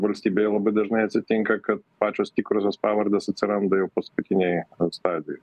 valstybėje labai dažnai atsitinka kad pačios tikrosios pavardės atsiranda jau paskutinėj stadijoj